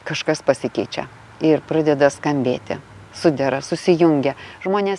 kažkas pasikeičia ir pradeda skambėti sudera susijungia žmonės